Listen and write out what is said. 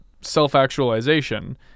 self-actualization